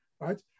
right